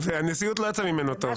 והנשיאות לא יצאה ממנו טוב.